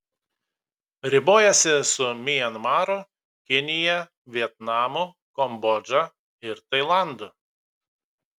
ribojasi su mianmaru kinija vietnamu kambodža ir tailandu